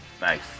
Nice